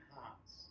hearts